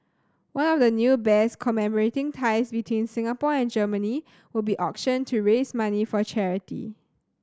one of the new bears commemorating ties between Singapore and Germany will be auctioned to raise money for charity